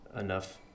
enough